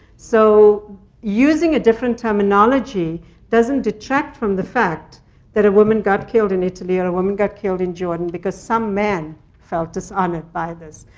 so using a different terminology doesn't detract from the fact that a woman got killed in italy, or a woman got killed in jordan, because some man felt dishonored by this.